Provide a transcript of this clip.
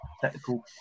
technical